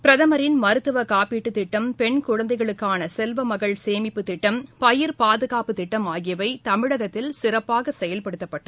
பிரதமரின் மருத்துவக் காப்பீட்டுத் திட்டம் பெண் குழந்தைகளுக்கானசெல்வமகள் சேமிப்புத் திட்டம் பயிர்ப்பாதுகாப்புத் திட்டம் ஆகியவைதமிழகத்தில் சிறப்பாகசெயல்படுத்தப்பட்டு